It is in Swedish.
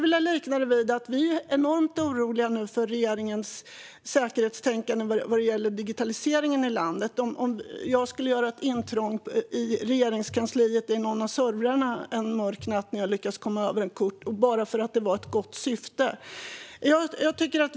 Vi är nu enormt oroliga för regeringens säkerhetstänkande vad gäller digitaliseringen i landet. Jag skulle vilja likna detta vid att jag skulle göra ett intrång i någon av servrarna i Regeringskansliet en mörk natt när jag lyckats komma över ett passerkort, bara för att det hade ett gott syfte.